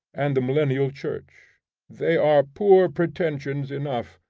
and the millennial church they are poor pretensions enough,